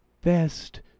best